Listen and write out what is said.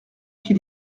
qu’il